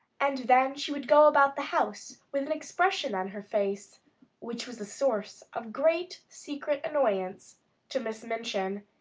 and then she would go about the house with an expression on her face which was a source of great secret annoyance to miss minchin,